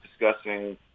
discussing